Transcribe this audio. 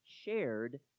Shared